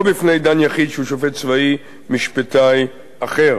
או בפני דן יחיד שהוא שופט צבאי משפטאי אחר.